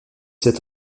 sept